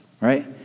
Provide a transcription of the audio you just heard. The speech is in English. Right